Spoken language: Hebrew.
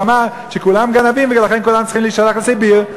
שאמר שכולם גנבים ולכן כולם צריכים להישלח לסיביר.